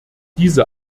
diese